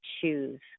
choose